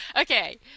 Okay